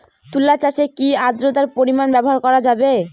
তুলা চাষে কি আদ্রর্তার পরিমাণ ব্যবহার করা যাবে?